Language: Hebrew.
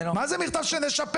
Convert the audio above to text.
אני שואל שאלה.